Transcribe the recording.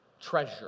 treasure